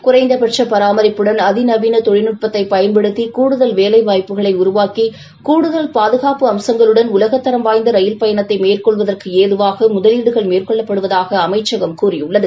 குறைந்த பட்ச பராமரிப்புடன் அதி நவீன தொழில்நுட்பத்தைப் பயன்படுத்தி கூடுதல் வேலைவாய்ப்புகளை உருவாக்கி கூடுதல் பாதுகாப்பு அம்சங்களுடன் உலகத்தரம் வாய்நத ரயில் பயணத்தை மேற்கொள்வதற்கேதுவாக முதலீடுகள் மேற்கோள்ளப்படுவதாக அமைச்சகம் கூறியுள்ளது